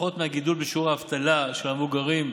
בפחות מהגידול בשיעור האבטלה של המבוגרים,